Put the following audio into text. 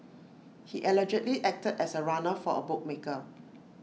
he allegedly acted as A runner for A bookmaker